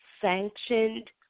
sanctioned